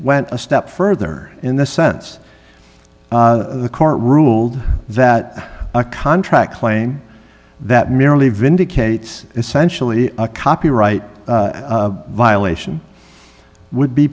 went a step further in the sense the court ruled that a contract claim that merely vindicates essentially a copyright violation would be